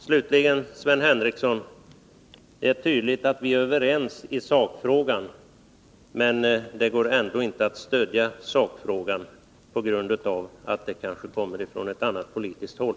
Slutligen, Sven Henricsson, är det tydligt att vi är överens i sakfrågan, men det går visst ändå inte att stödja denna, på grund av att förslaget kommer från ett annat politiskt håll.